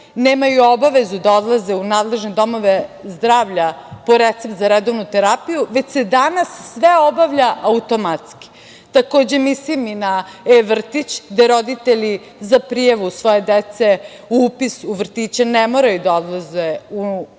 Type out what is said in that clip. nemaju obavezu da odlaze u nadležne domove zdravlja po recept za redovnu terapiju, već se danas sve obavlja automatski. Takođe, mislim i na e-vrtić, gde roditelji za prijavu svoje dece, upis u vrtiće ne moraju da odlaze u ustanovu,